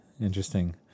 Interesting